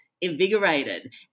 invigorated